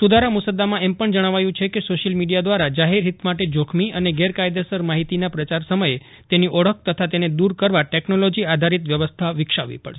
સુધારા મુસદ્દામાં એમ પજ્ઞ જજ્જાવાયું છે કે સોશિયલ મીડિયા દ્વારા જાહેર હિત માટે જોખમી અને ગેરકાયદેસર માહિતીના પ્રચાર સમયે તેની ઓળખ તથા તેને દુર કરવા ટેકનોલોજી આધારિત વ્યવસ્થા વિકસાવવી પડશે